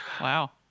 Wow